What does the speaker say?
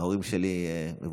ההורים שלי מבוגרים,